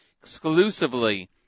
exclusively